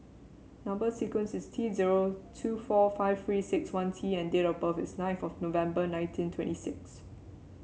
number sequence is T zero two four five Three six one T and date of birth is nine of November nineteen twenty six